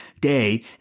day